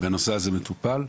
והנושא הזה מטופל.